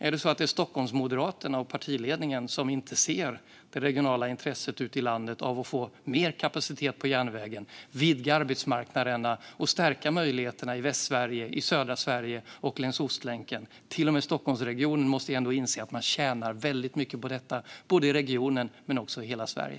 Är det Stockholmsmoderaterna och partiledningen som inte ser det regionala intresset ute i landet av att få mer kapacitet på järnvägen, vidga arbetsmarknaderna och stärka möjligheterna i Västsverige, södra Sverige och längs Ostlänken? Till och med Stockholmsregionen måste ändå inse att man tjänar väldigt mycket på detta i både regionen och hela Sverige.